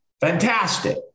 fantastic